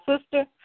sister